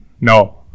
no